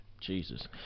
Jesus